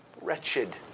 wretched